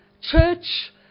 church